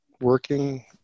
working